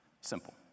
Simple